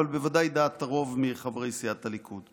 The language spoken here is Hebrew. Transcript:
אבל בוודאי דעת הרוב מחברי סיעת הליכוד.